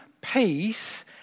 peace